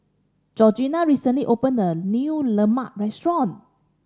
Georgina recently opened a new lemang restaurant